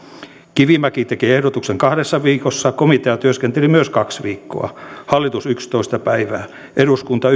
kivimäki teki ehdotuksen kahdessa viikossa komitea työskenteli myös kaksi viikkoa hallitus yksitoista päivää eduskunta